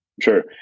sure